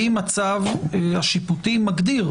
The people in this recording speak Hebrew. האם הצו השיפוטי מגדיר?